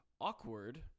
awkward